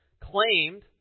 claimed